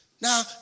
now